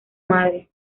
madre